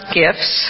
gifts